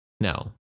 no